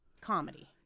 comedy